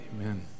amen